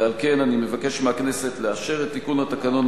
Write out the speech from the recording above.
ועל כן אני מבקש מהכנסת לאשר את תיקון התקנון